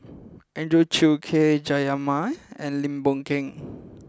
Andrew Chew K Jayamani and Lim Boon Keng